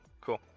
cool